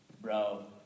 bro